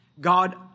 God